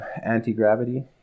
anti-gravity